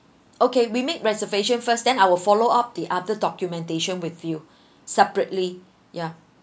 okay we make reservation first then I will follow up the other documentation with you separately yeah